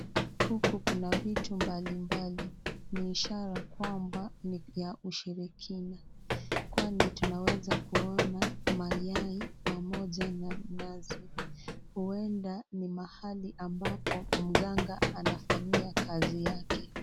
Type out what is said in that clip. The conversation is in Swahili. Huku kuna vitu mbalimbali. Ni ishara kwamba ni ya ushirikina. Kwani tunaweza kuona mayai pamoja na nazi. Huenda ni mahali ambapo mganga anafanyia kazi yake.